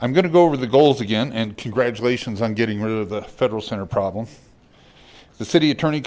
i'm going to go over the goals again and congratulations on getting rid of the federal center problem the city attorney